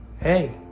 Hey